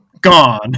gone